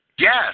Yes